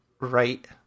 right